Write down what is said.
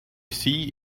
see